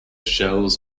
shells